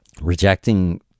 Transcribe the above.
rejecting